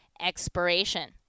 expiration